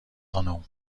خانم